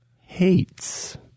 hates